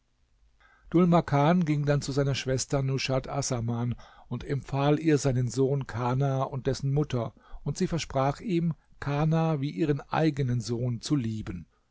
makan ging dann zu seiner schwester nushat assaman und empfahl ihr seinen sohn kana und dessen mutter und sie versprach ihm kana wie ihren eigenen sohn zu lieben